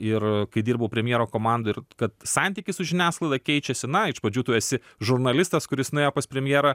ir kai dirbau premjero komandoj ir kad santykis su žiniasklaida keičiasi na iš pradžių tu esi žurnalistas kuris nuėjo pas premjerą